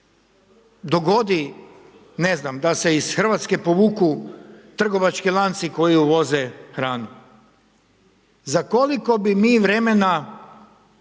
dogodi ne znam da se iz Hrvatske povuku trgovački lanci koji uvoze hranu. Za koliko bi mi vremena,